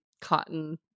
cotton